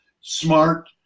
smart